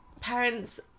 parents